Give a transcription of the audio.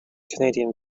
canadian